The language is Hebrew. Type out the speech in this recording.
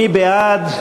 מי בעד?